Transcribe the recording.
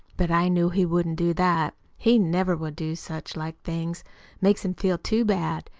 but i knew he wouldn't do that. he never will do such-like things makes him feel too bad.